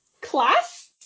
class